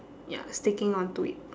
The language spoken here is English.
ya sticking onto it